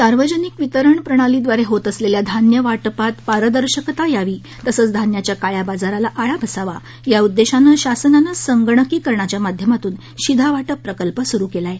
सार्वजनिक वितरण प्रणालीब्रारे होत असलेल्या धान्य वाटपात पारदर्शकता यावी तसंच धान्याच्या काळ्या बाजाराला आळा बसावा या उद्देशानं शासनानं संगणकीकरणाच्या माध्यमातून शिधावाटप प्रकल्प सुरू केला आहे